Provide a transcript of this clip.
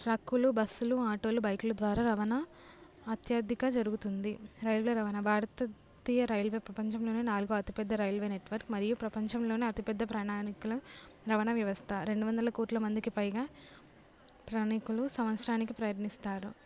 ట్రక్కులు బస్సులు ఆటోలు బైకుల ద్వారా రవాణా అత్యధికంగా జరుగుతుంది రైల్వే రవాణా భారతీయ రైల్వే ప్రపంచంలోనే నాలుగో అతిపెద్ద రైల్వే నెట్వర్క్ మరియు ప్రపంచంలోనే అతిపెద్ద ప్రయాణికుల రవాణా వ్యవస్థ రెండు వందల కోట్ల మందికి పైగా ప్రయాణికులు సంవత్సరానికి ప్రయాణిస్తారు